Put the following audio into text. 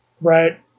Right